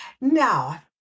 Now